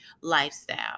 lifestyle